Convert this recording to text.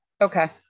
Okay